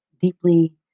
deeply